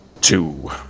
Two